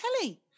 Kelly